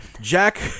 jack